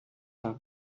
have